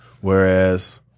Whereas